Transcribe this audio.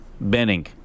Benning